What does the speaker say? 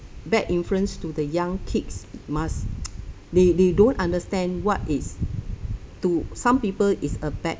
bad influence to the young kids must they they don't understand what is to some people is a bad